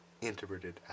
Interpreted